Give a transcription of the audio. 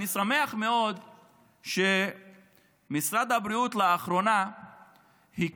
אני שמח מאוד שמשרד הבריאות הקים לאחרונה צוות